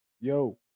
yo